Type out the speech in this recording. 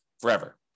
forever